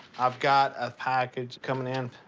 i've got a package coming in.